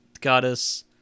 goddess